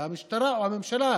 המשטרה, או הממשלה,